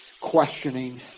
questioning